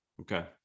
Okay